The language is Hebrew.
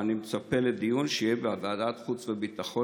ואני מצפה לדיון שיהיה בוועדת החוץ הביטחון,